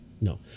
no